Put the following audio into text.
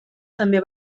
també